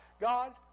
God